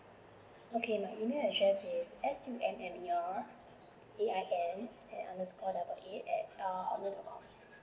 okay my email address is s u m m e r a i n underscore double eight at hotmail dot com